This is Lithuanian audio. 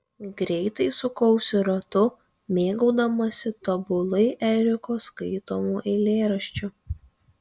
greitai sukausi ratu mėgaudamasi tobulai eriko skaitomu eilėraščiu